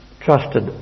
trusted